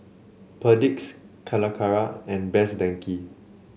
Perdix Calacara and Best Denki